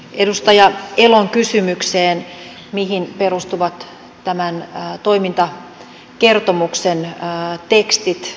edustaja elon kysymykseen siitä mihin perustuvat tämän toimintakertomuksen tekstit